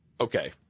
Okay